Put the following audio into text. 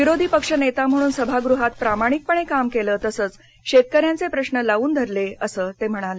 विरोधी पक्ष नेता म्हणून सभागृहात प्रामाणिकपणे काम केलं तसंच शेतकऱ्यांचे प्रश्न लावून धरले असं ते म्हणाले